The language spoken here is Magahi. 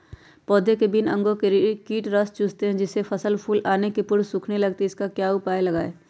पौधे के विभिन्न अंगों से कीट रस चूसते हैं जिससे फसल फूल आने के पूर्व सूखने लगती है इसका क्या उपाय लगाएं?